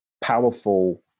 powerful